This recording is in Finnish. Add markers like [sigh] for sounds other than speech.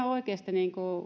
[unintelligible] oikeasti